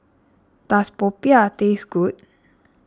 does Popiah taste good